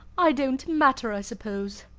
i don't matter, i suppose.